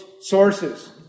sources